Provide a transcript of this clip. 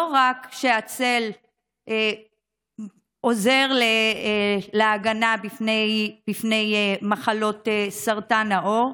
לא רק שהצל עוזר להגנה מפני מחלות סרטן העור,